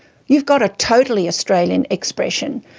you've got a totally australian expression,